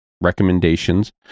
recommendations